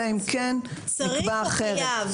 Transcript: אלא אם כן יקבע אחרת.